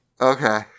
Okay